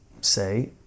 say